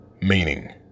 meaning